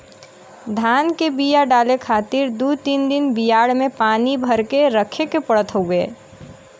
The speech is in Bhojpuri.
धान के बिया डाले खातिर दू तीन दिन बियाड़ में पानी भर के रखे के पड़त हउवे